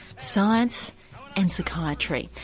science and psychiatry.